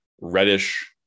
reddish